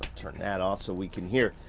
turn that off so we can hear.